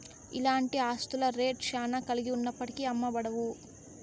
ఇలాంటి ఆస్తుల రేట్ శ్యానా కలిగి ఉన్నప్పటికీ అమ్మబడవు